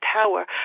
Tower